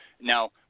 Now